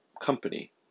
company